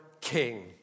King